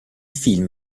film